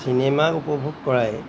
cinema উপভোগ কৰাই